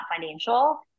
financial